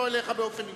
לא אליך באופן אישי,